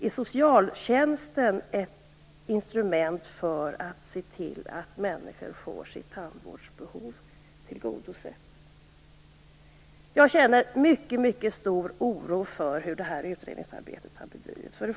Är socialtjänsten ett instrument för att se till att människor får sitt tandvårdsbehov tillgodosett? Jag känner mycket stor oro för hur utredningsarbetet har bedrivits.